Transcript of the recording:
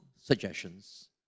suggestions